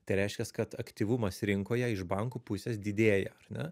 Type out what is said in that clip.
tai reiškias kad aktyvumas rinkoje iš bankų pusės didėja ar ne